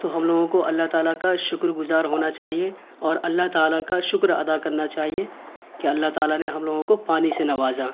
تو ہم لوگوں کو اللہ تعالیٰ کا شکر گزار ہونا چاہیے اور اللہ تعالیٰ کا شکر ادا کرنا چاہیے کہ اللہ تعالیٰ نے ہم لوگوں کو پانی سے نوازا